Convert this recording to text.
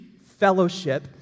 fellowship